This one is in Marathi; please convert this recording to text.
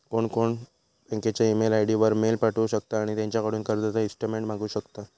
कोणपण बँकेच्या ईमेल आय.डी वर मेल पाठवु शकता आणि त्यांच्याकडून कर्जाचा ईस्टेटमेंट मागवु शकता